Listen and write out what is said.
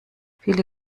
viele